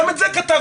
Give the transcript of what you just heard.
גם את זה כתבתם.